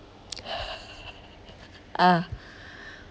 ah